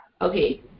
okay